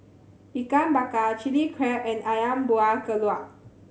Ikan Bakar Chili Crab and Ayam Buah Keluak